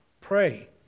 Pray